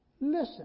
Listen